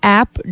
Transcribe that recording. app